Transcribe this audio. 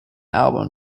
album